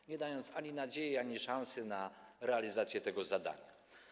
To nie dawało ani nadziei, ani szansy na realizację tego zadania.